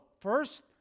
first